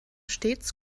stets